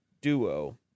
duo